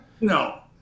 No